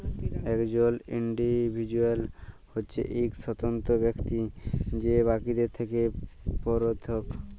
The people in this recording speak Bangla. একজল ইল্ডিভিজুয়াল হছে ইক স্বতন্ত্র ব্যক্তি যে বাকিদের থ্যাকে পিরথক